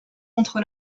contre